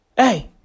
Hey